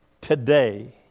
today